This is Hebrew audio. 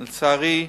לצערי,